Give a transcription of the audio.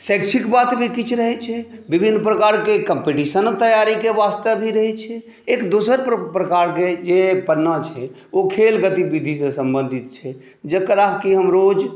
शैक्षिक बातमे किछु रहै छै बिभिन्न प्रकारके कम्पिटिशनक तैयारीके बास्ते भी रहै छै एक दोसर प्र प्रकारके जे पन्ना छै ओ खेल गतिबिधि सऽ सम्बन्धित छै जकरा कि हम रोज